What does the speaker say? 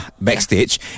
Backstage